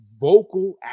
vocal